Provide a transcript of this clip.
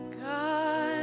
God